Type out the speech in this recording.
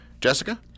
Jessica